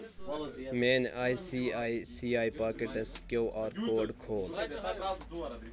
میٲنۍ I C I C I pockets QR code کھول